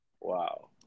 Wow